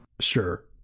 sure